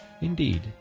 Indeed